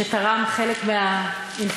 שתרם חלק מהאינפורמציה,